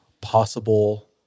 possible